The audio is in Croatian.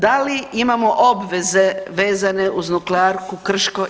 Da li imamo obveze vezane uz nuklearku Krško?